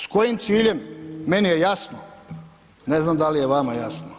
S kojim ciljem, meni je jasno, ne znam da li je vama jasno.